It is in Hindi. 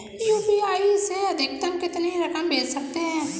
यू.पी.आई से अधिकतम कितनी रकम भेज सकते हैं?